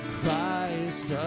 Christ